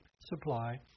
supply